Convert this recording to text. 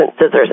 scissors